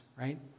right